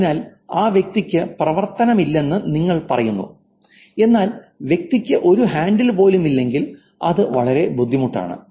അതിനാൽ ആ വ്യക്തിക്ക് പ്രവർത്തനമില്ലെന്ന് നിങ്ങൾ പറയുന്നു എന്നാൽ വ്യക്തിക്ക് ഒരു ഹാൻഡിൽ പോലുമില്ലെങ്കിൽ അത് വളരെ ബുദ്ധിമുട്ടാണ്